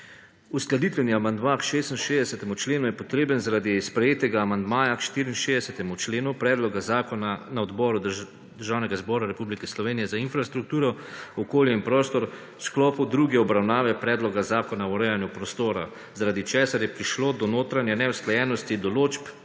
Uskladitveni amandma k 66. členu je potreben zaradi sprejetega amandmaja k 64. členu predloga zakona na Odboru Državnega zbora Republike Slovenije za infrastrukturo, okolje in prostor v sklopu druge obravnave Predloga zakona o urejanju prostora zaradi česar je prišlo do notranje neusklajenosti določb